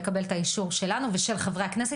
לקבל את האישור שלנו ושל חברי הכנסת,